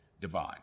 divine